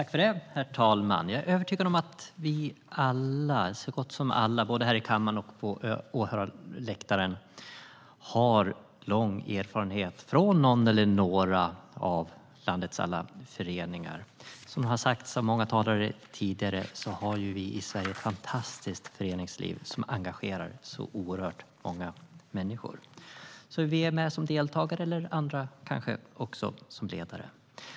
Herr talman! Jag är övertygad om att vi alla - både vi här i kammaren och de på åhörarläktaren - har lång erfarenhet från någon eller några av landets alla föreningar. Vi har i Sverige ett fantastiskt föreningsliv som engagerar oerhört många. Vi är med som deltagare, och några av oss kanske också som ledare.